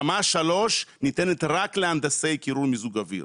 ורמה 3 ניתנת רק להנדסאי קירור ומיזוג אוויר.